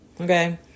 Okay